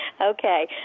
Okay